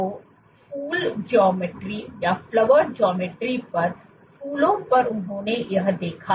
तो फूल ज्यामिति पर फूलों पर उन्होंने यह देखा